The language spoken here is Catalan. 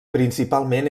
principalment